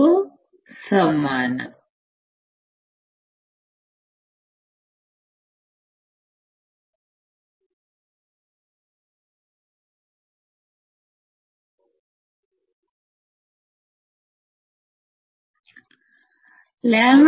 కు సమానం